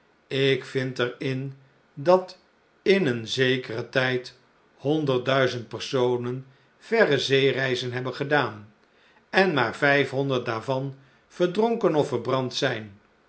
ik vind er in dat in een zekeren tijd honderdduizend personen verre zeereizen hebben gedaan en maar vijfhonderd daarvan verdronken of verbrand zijn